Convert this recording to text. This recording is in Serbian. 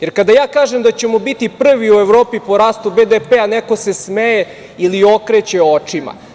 Jer, kada ja kažem da ćemo biti prvi u Evropi po rastu BDP-a, neko se smeje ili okreće očima.